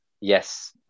yes